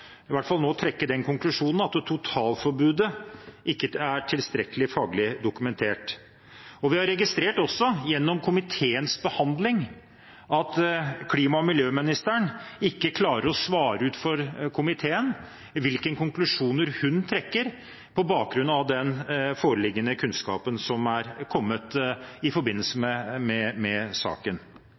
hvert fall nå å trekke den konklusjonen at totalforbudet ikke er tilstrekkelig faglig dokumentert. Vi har også gjennom komiteens behandling registrert at klima- og miljøministeren ikke klarer å svare komiteen på hvilke konklusjoner hun trekker på bakgrunn av den foreliggende kunnskap som er kommet i forbindelse med